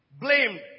blamed